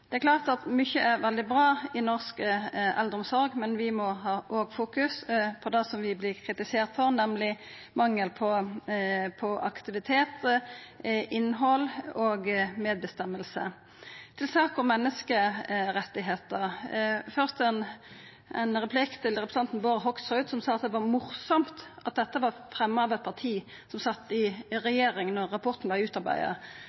Det er klart at mykje er veldig bra i norsk eldreomsorg, men vi må òg fokusera på det som vi vert kritiserte for, nemleg mangel på aktivitet, innhald og medbestemming. Til saka om menneskeretter har eg først ein replikk til representanten Bård Hoksrud, som sa at det var «morsomt» at dette var fremja av eit parti som sat i